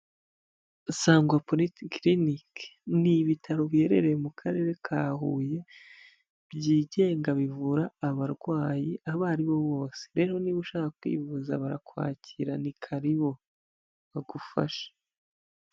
Sangwa polyclinic ni ibitaro biherereye mu karere ka Huye byigenga bivura abarwayi abo aribo bose, rero niba ushaka kwivuza barakwakira ni karibo bagufashe.